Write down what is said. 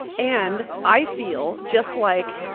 and i feel just like,